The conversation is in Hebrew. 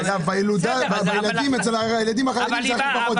אגב, בקרב הילדים החרדים זה הכי פחות.